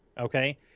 Okay